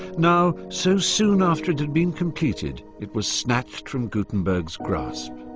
now, so soon after it had been completed, it was snatched from gutenberg's grasp.